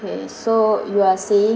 okay so you are say~